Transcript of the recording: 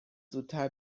زودتر